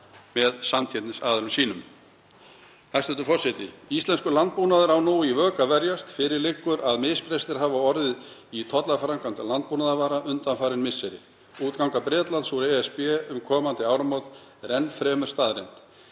með samkeppnisaðilunum. Hæstv. forseti. Íslenskur landbúnaður á nú í vök að verjast. Fyrir liggur að misbrestir hafi orðið í tollframkvæmd landbúnaðarvara undanfarin misseri. Útganga Bretlands úr ESB um komandi áramót er enn fremur staðreynd.